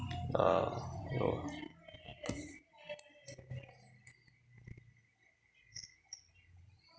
uh oh